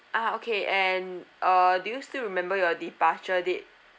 ah okay and uh do you still remember your departure date